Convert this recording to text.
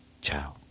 ciao